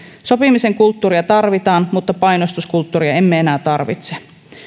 sopimisen kulttuuria tarvitaan mutta painostuskulttuuria emme enää tarvitse